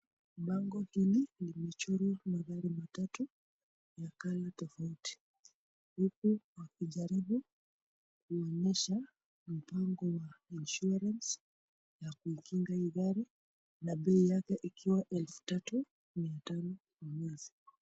Bango hili limechorwa magari matatu ya colour tofauti huku wakijaribu kuonyesha mpango wa insurance ya kuikinga hii gari na bei yake ikiwa elfu tatu mia tano kwa mwezi.